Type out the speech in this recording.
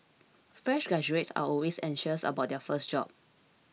fresh graduates are always anxious about their first job